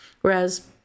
Whereas